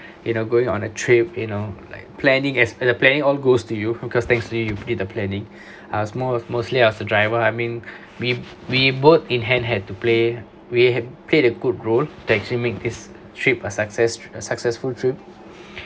you know going on a trip you know like planning as the planning all goes to you because thanks to you for did the planning I was more of mostly I was the driver I mean we we both in hand had to play we have played a good role to actually make this trip a success successful trip